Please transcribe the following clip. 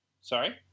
Sorry